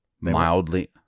mildly